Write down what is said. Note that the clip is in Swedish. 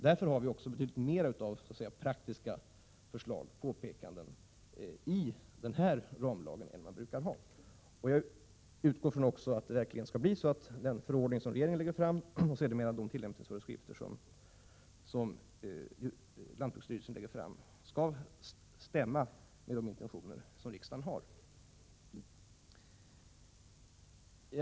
Därför finns det betydligt mer av praktiska förslag och påpekanden i den här ramlagen än det brukar finnas. Jag utgår ifrån att det verkligen skall bli så att den förordning som regeringen utfärdar och de tillämpningsföreskrifter som lantbruksstyrelsen sedan utfärdar skall stämma överens med riksdagens intentioner.